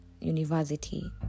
university